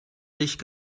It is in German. licht